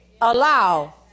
allow